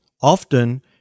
often